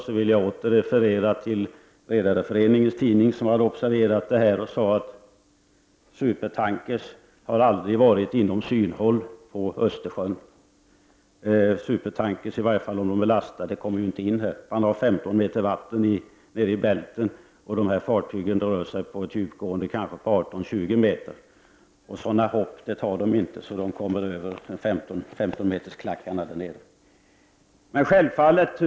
Jag vill återigen referera till Redareföreningens tidning, där man observerat detta. Man säger där att supertankrar aldrig har varit inom synhåll på Östersjön. Supertankrar, i varje fall om de är lastade, kommer inte in i Östersjön, eftersom det är femton meters djup i Bälten. De här fartygen har ett djupgående på kanske 18—20 meter. Sådana hopp tar de inte att de kommer över 15-metersklackarna där nere.